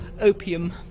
opium